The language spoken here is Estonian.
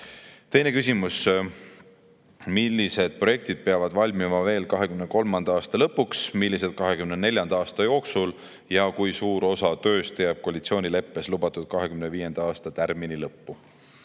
Teine küsimus: "Millised projektid peavad valmima veel 2023. aasta lõpuks, millised 2024 jooksul ja kui suur osa tööst jääb koalitsioonileppes lubatud 2025. aasta tärmini lõppu?"